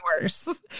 worse